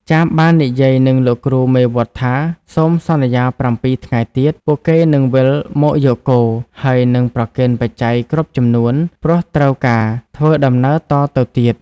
ចាមបាននិយាយនឹងលោកគ្រូមេវត្តថាសូមសន្យា ៧ ថ្ងៃទៀត ពួកគេនឹងវិលមកយកគោ ហើយនឹងប្រគេនបច្ច័យគ្រប់ចំនួន ព្រោះត្រូវការធ្វើដំណើរតទៅទៀត។